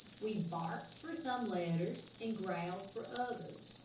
we barked for some letters, and growled for others.